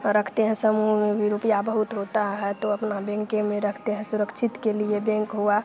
रखते हैं समूह में भी रुपया बहुत होता है तो अपना बैंके में ही रखते हैं सुरक्षित के लिए बैंक हुआ